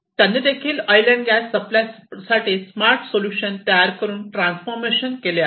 झालेले त्यांनी देखील ऑईल अँड गॅस सप्लाय साठी स्मार्ट सोल्युशन तयार करून ट्रान्सफॉर्मेशन केले आहे